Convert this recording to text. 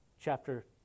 Chapter